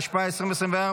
התשפ"ה 2024,